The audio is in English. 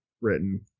written